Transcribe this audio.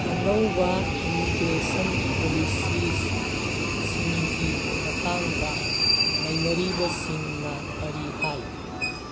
ꯑꯅꯧꯕ ꯏꯃꯤꯒ꯭ꯔꯦꯁꯟ ꯄꯣꯂꯤꯁꯤꯁꯁꯤꯡꯒꯤ ꯃꯇꯥꯡꯗ ꯅꯩꯅꯔꯤꯕꯁꯤꯡꯅ ꯀꯔꯤ ꯍꯥꯏ